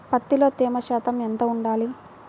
పత్తిలో తేమ శాతం ఎంత ఉండాలి?